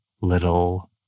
little